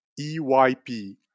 EYP